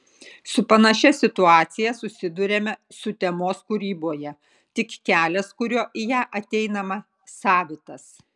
su panašia situacija susiduriame sutemos kūryboje tik kelias kuriuo į ją ateinama savitas